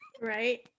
right